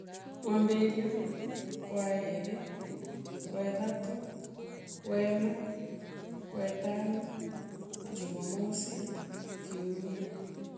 Mwambirio, gwaiiri, awa ithatu, gwa ina awa itano, jumamosi, kiumia.